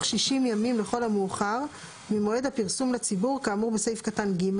60 ימים לכל המאוחר ממועד הפרסום לציבור כאמור בסעיף קטן (ג),